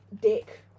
Dick